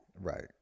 Right